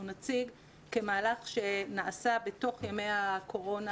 נציג כמהלך שנעשה בתוך ימי הקורונה,